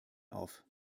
auf